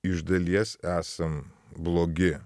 iš dalies esam blogi